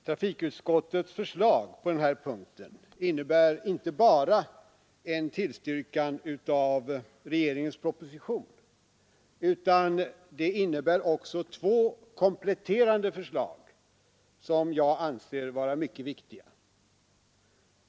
Herr talman! Trafikutskottets förslag på denna punkt innebär inte bara en tillstyrkan av regeringens proposition utan det innehåller också två kompletterande förslag som jag anser vara mycket viktiga.